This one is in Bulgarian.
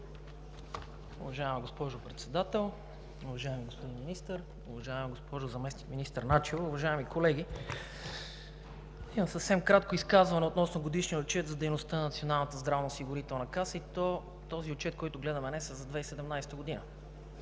Уважаема госпожо Председател, уважаеми господин Министър, уважаема госпожо заместник-министър Начева, уважаеми колеги! Имам съвсем кратко изказване относно Годишния отчет за дейността на Националната здравноосигурителна каса – отчетът, който гледаме днес, е за 2017 г.